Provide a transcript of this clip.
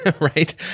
right